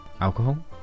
alcohol